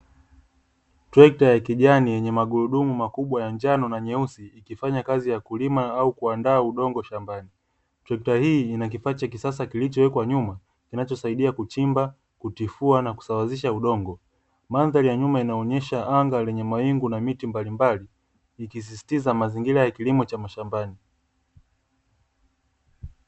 Trekta ya kijani yenye magurudumu makubwa ya njano na nyeusi, likifanya kazi ya kulima au kuandaa udongo shambani. Trekta hii ina kifaa cha kisasa kilichowekwa nyuma kinachosaidia kuchimba, kutifua na kusawazisha udongo. Mandhari ya nyuma inaonyesha anga lenye mawingu na miti mbalimbali, ikisisitiza mazingira ya kilimo cha mashambani.